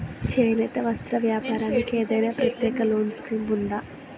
చేనేత వస్త్ర వ్యాపారానికి ఏదైనా ప్రత్యేక లోన్ స్కీం ఉందా?